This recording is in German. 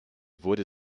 wurde